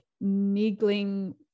niggling